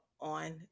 on